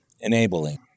enabling